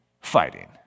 fighting